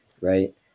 right